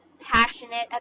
passionate